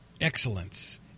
excellence